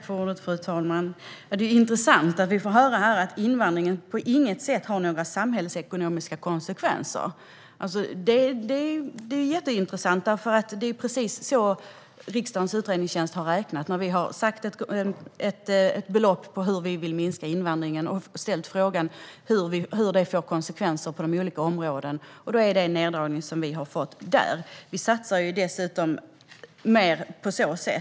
Fru talman! Det är intressant att få höra att invandringen på intet sätt får några samhällsekonomiska konsekvenser. Det är jätteintressant, eftersom det är precis så riksdagens utredningstjänst har räknat när vi har sagt hur vi vill minska invandringen och frågat vilka konsekvenser det får på olika områden. Detta är en neddragning som vi har fått därifrån. Vi satsar dessutom mer på så sätt.